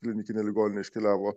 klinikinę ligoninę iškeliavo